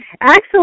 Excellent